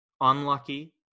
unlucky